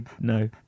no